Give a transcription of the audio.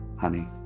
honey